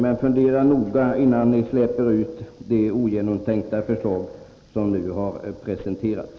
Men fundera noga innan ni släpper ut de ogenomtänkta förslag som nu har presenterats!